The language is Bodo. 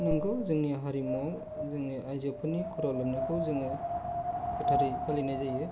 नोंगौ जोंनि हारिमुयाव जोंनि आयजोफोरनि खर' लोबनायखौ जोङो गोथारै फालिनाय जायो